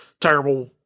terrible